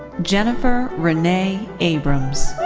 jennifer renee abrams.